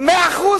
100%?